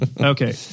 Okay